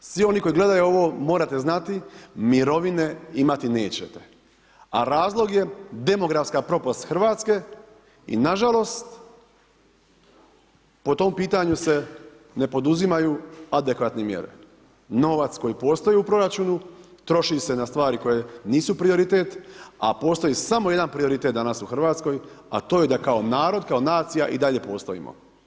Svi oni koji gledaju ovo morate znati mirovine imati nećete a razlog je demografska propast Hrvatske i nažalost po tom pitanju se ne poduzimaju adekvatne mjere, novac koji postoji u proračunu, troši se na stvari koje nisu prioritet a postoji samo jedan prioritet danas u Hrvatskoj a to je da kao narod, kao nacija i dalje postojimo.